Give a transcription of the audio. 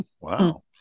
Wow